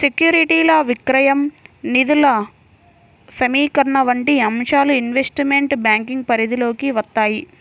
సెక్యూరిటీల విక్రయం, నిధుల సమీకరణ వంటి అంశాలు ఇన్వెస్ట్మెంట్ బ్యాంకింగ్ పరిధిలోకి వత్తాయి